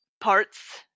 parts